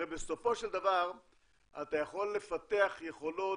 הרי בסופו של דבר אתה יכול לפתח יכולות